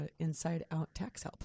InsideOutTaxHelp